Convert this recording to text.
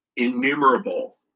innumerable